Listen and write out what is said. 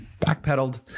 backpedaled